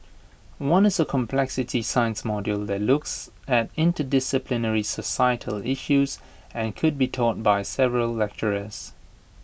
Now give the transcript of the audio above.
one is A complexity science module that looks at interdisciplinary societal issues and could be taught by several lecturers